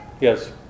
yes